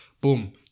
Boom